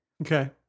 Okay